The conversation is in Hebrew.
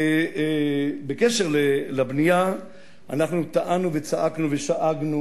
בעניין הבנייה אנחנו טענו וצעקנו ושאגנו